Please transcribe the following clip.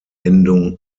endung